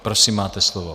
Prosím, máte slovo.